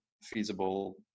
feasible